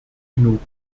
genug